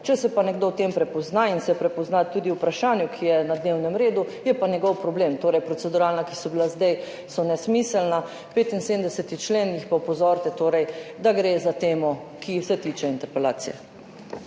če se pa nekdo v tem prepozna in se prepozna tudi v vprašanju, ki je na dnevnem redu, je pa njegov problem. Torej, proceduralna, ki so bila zdaj, so nesmiselna, za 75. člen jih pa opozorite, da gre za temo, ki se tiče interpelacije.